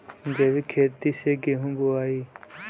जैविक खेती से गेहूँ बोवाई